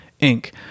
inc